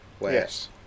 Yes